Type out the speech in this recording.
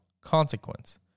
consequence